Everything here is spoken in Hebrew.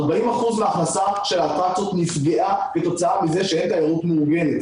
40% מההכנסה של האטרקציות נפגעה מזה שאין תיירות מאורגנת.